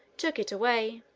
took it away.